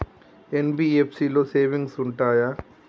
NBFC లో savings ఉంటయా?